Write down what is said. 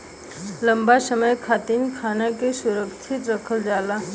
लंबा समय खातिर खाना के सुरक्षित रखल जाला